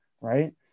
right